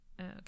Okay